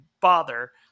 bother